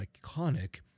iconic